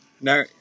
No